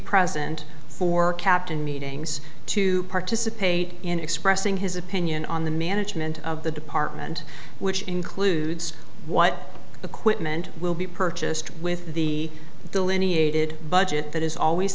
present for captain meetings to participate in expressing his opinion on the management of the department which includes what the quip meant will be purchased with the delineated budget that is always